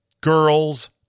girls